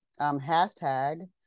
hashtag